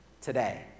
today